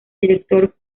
director